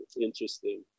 interesting